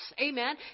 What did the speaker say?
Amen